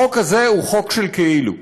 החוק הזה הוא חוק של כאילו,